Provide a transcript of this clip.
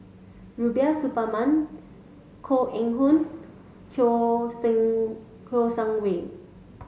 Rubiah Suparman Koh Eng Hoon Kiong Sing Ko Shang Wei